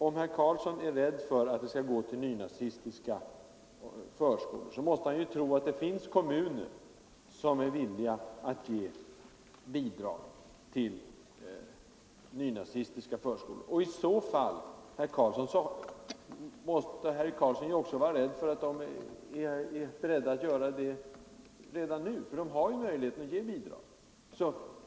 Om herr Karlsson är rädd för att bidrag skall gå till nynazistiska förskolor, måste han ju tro att det finns kommuner som är villiga att stödja sådana förskolor. I så fall måste herr Karlsson också vara rädd för att de kommunerna är beredda att göra det redan nu, för de har ju redan möjlighet att ge bidrag.